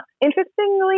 Interestingly